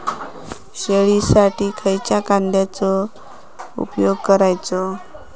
शेळीसाठी खयच्या खाद्यांचो उपयोग करायचो?